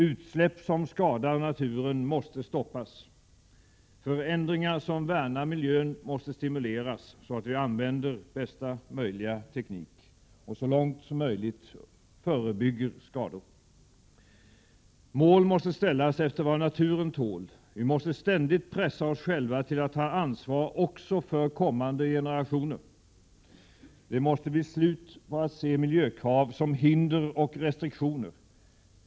Utsläpp som skadar naturen måste stoppas. Förändringar som värnar miljön måste stimuleras så att vi använder bästa möjliga teknik och så långt som möjligt förebygger skador. Mål måste ställas efter vad naturen tål, vi måste ständigt pressa oss själva till att ta ansvar också för kommande generationer. Det måste bli slut på att se miljökrav som hinder och restriktioner.